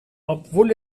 obwohl